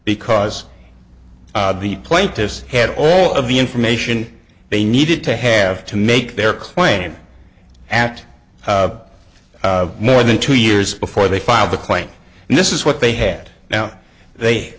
because the plaintiffs had all of the information they needed to have to make their claim act more than two years before they filed the claim and this is what they had now they